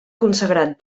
consagrat